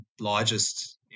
largest